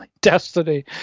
destiny